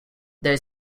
there